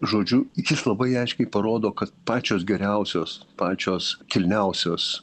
žodžiu jis labai aiškiai parodo kad pačios geriausios pačios kilniausios